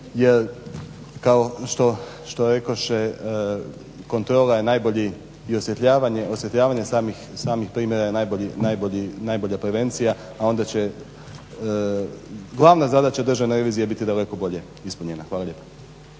jer kao što rekoše kontrola je najbolji i osvjetljavanje samih primjera je najbolja prevencija. A onda će glavna zadaća Državne revizije biti daleko bolje ispunjena. Hvala lijepo.